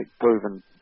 proven